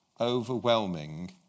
overwhelming